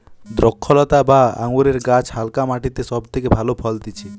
দ্রক্ষলতা বা আঙুরের গাছ হালকা মাটিতে সব থেকে ভালো ফলতিছে